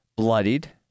bloodied